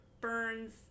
Burns